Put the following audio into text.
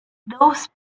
those